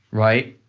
right?